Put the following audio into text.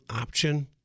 option